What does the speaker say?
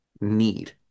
need